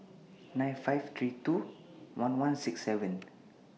nine five three two one one six seven